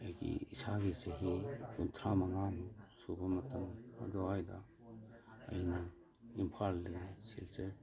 ꯑꯩꯒꯤ ꯏꯁꯥꯒꯤ ꯆꯍꯤ ꯀꯨꯟꯊ꯭ꯔꯥ ꯃꯉꯥꯅꯤ ꯁꯨꯕ ꯃꯇꯝ ꯑꯗꯨꯋꯥꯏꯗ ꯑꯩꯅ ꯏꯝꯐꯥꯜꯗꯒꯤ ꯁꯤꯜꯆꯔ